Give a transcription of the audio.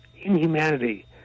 inhumanity